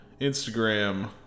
Instagram